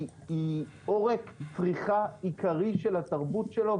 היא עורק פריחה עיקרי של התרבות שלו.